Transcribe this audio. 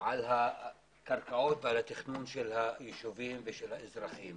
על הקרקעות ועל התכנון של הישובים ושל האזרחים,